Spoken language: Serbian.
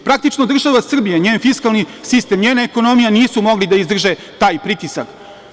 Praktično, država Srbija, njen fiskalni sistem, njena ekonomija, nisu mogli da izdrže taj pritisak.